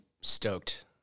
stoked